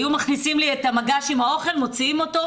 היו מכניסים לי את המגש עם האוכל ומוציאים אותו,